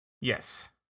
Yes